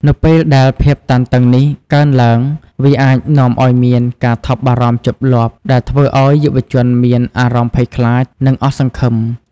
នៅពេលដែលភាពតានតឹងនេះកើនឡើង វាអាចនាំឱ្យមាន ការថប់បារម្ភជាប់លាប់ ដែលធ្វើឱ្យយុវជនមានអារម្មណ៍ភ័យខ្លាច និងអស់សង្ឃឹម។